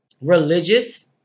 religious